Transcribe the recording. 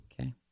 Okay